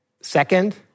Second